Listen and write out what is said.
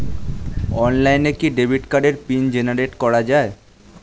অনলাইনে কি ডেবিট কার্ডের পিন জেনারেট করা যায়?